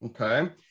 Okay